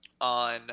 on